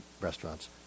restaurants